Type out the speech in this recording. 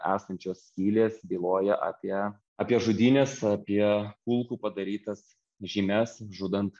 esančios skylės byloja apie apie žudynes apie kulkų padarytas žymes žudant